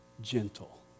gentle